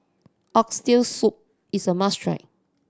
Oxtail Soup is a must try